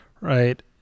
right